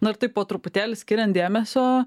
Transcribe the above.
na ir taip po truputėlį skiriant dėmesio